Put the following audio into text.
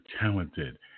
talented